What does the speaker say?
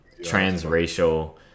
transracial